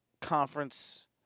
conference